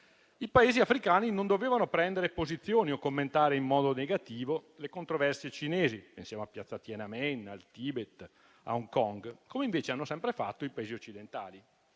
I Paesi africani non dovevano prendere posizioni o commentare in modo negativo le controversie cinesi - pensiamo a piazza Tienanmen, al Tibet, a Hong Kong - come invece hanno sempre fatto i Paesi occidentali.